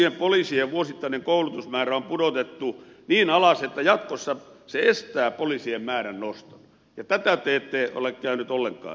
uusien poliisien vuosittainen koulutusmäärä on pudotettu niin alas että jatkossa se estää poliisien määrän noston ja tätä te ette ole käynyt läpi ollenkaan